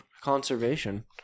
conservation